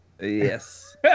Yes